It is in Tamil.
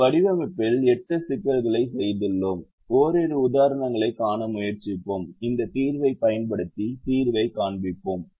நம் வடிவமைப்பில் எட்டு சிக்கல்களைச் செய்துள்ளோம் ஓரிரு உதாரணங்களைக் காண முயற்சிப்போம் இந்த தீர்வைப் பயன்படுத்தி தீர்வைக் காண்பிப்போம்